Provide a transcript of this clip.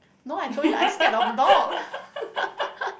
no I told you I scared of dog